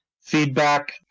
Feedback